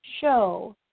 show